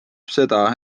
seda